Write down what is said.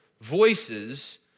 voices